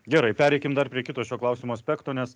gerai pereikim dar prie kito šio klausimo aspekto nes